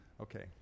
Okay